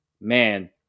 man